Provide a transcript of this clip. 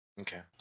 Okay